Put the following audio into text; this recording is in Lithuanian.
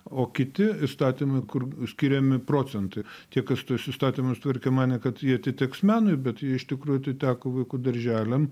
o kiti įstatymai kur skiriami procentai tie kas tuos įstatymus tvarkė manė kad jie atitiks menui bet jie iš tikrųjų teko vaikų darželiam